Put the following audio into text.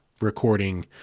recording